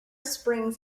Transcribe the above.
springs